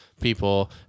people